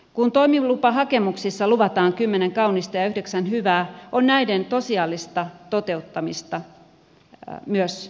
kun toimilupahakemuksissa luvataan kymmenen kaunista ja yhdeksän hyvää on näiden tosiasiallista toteuttamista myös seurattava